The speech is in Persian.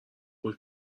پشت